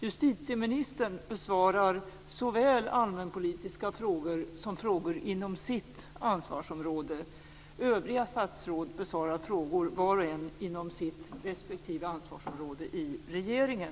Justitieministern besvarar såväl allmänpolitiska frågor som frågor inom sitt ansvarsområde. Övriga statsråd besvarar frågor var och en inom sitt respektive ansvarsområde i regeringen.